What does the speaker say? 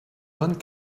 vingt